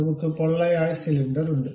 നമ്മുക്ക് പൊള്ളയായ സിലിണ്ടർ ഉണ്ട്